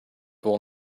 will